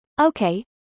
Okay